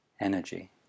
energy